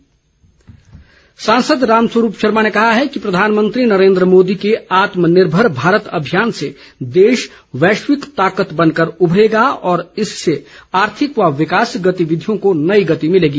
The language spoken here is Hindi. रामस्वरूप सांसद रामस्वरूप शर्मा ने कहा है कि प्रधानमंत्री नरेन्द्र मोदी के आत्मनिर्भर भारत अभियान से देश वैश्विक ताकत बनकर उमरेगा और इससे आर्थिक व विकास गतिविधियों को नई गति भिलेगी